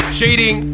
cheating